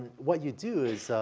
what you do is,